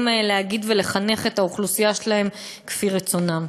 לחנך את האוכלוסייה שלהם כפי רצונם.